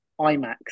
IMAX